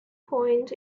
point